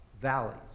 valleys